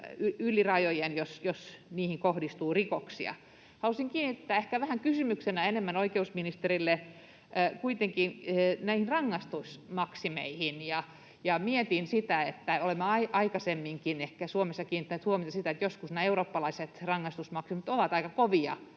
yli rajojen, jos niihin kohdistuu rikoksia. Halusin kiinnittää ehkä enemmän kysymyksenä huomiota oikeusministerille kuitenkin näihin rangaistusmaksimeihin. Mietin sitä, että olemme ehkä aikaisemminkin Suomessa kiinnittäneet huomiota siihen, että joskus nämä eurooppalaiset rangaistusmaksimit ovat aika kovia